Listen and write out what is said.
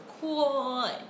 cool